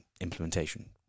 implementation